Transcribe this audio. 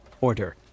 order